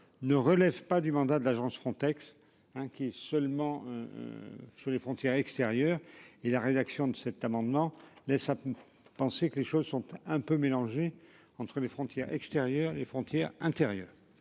ne relève pas du mandat de l'agence Frontex inquiets seulement. Sur les frontières extérieures et la rédaction de cet amendement laisse à penser que les choses sont un peu mélangé entre les frontières extérieures les frontières intérieures,